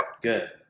Good